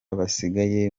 basigaye